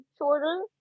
shorter